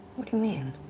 what do you mean?